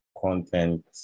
content